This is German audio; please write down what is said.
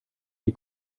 die